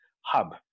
hub